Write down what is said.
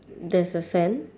there's a sand